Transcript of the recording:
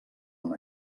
amb